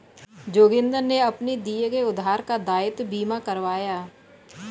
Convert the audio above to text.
जोगिंदर ने अपने दिए गए उधार का दायित्व बीमा करवाया